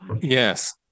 Yes